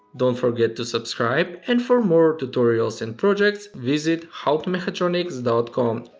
don't forget to subscribe and for more tutorials and projects, visit howtomechatronics dot com